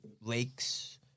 lakes